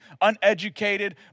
uneducated